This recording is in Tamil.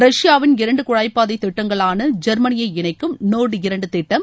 ரஷ்யாவின் இரண்டு குழாய்ப்பாதை திட்டங்களாள ஜெர்மனியை இணைக்கும் நோர்டு இரண்டு திட்டம்